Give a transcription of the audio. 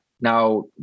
Now